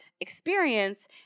experience